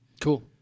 Cool